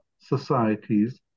societies